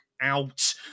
out